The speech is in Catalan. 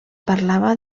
parlava